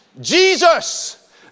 Jesus